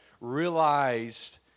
realized